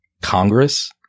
Congress